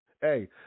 hey